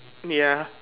ya